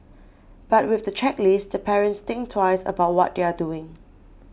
but with the checklist the parents think twice about what they are doing